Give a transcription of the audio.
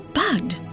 bugged